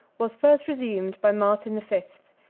was first resumed by martin the fifth,